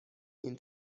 این